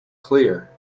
clear